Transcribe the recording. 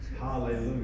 Hallelujah